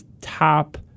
top